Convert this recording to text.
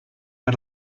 per